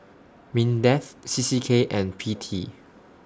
Mindef C C K and P T